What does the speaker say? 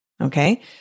Okay